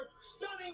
stunning